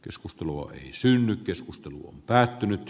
keskustelu ei synny keskustelu on päättynyt